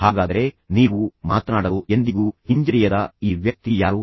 ಹಾಗಾದರೆ ನೀವು ಮಾತನಾಡಲು ಎಂದಿಗೂ ಹಿಂಜರಿಯದ ಈ ವ್ಯಕ್ತಿ ಯಾರು